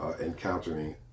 encountering